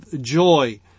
joy